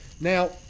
Now